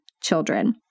children